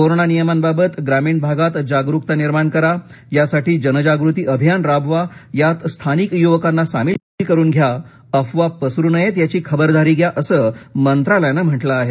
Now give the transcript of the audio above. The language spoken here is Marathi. कोरोना नियमांबाबत ग्रामीण भागात जागरूकता निर्माण करा यासाठी जनजागृती अभियान राबवा यात स्थानिक युवकांना सामील करून घ्या अफवा पसरू नयेत याची खबरदारी घ्या असं मंत्रालयानं म्हटलं आहे